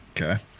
Okay